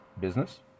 Business